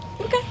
okay